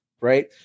right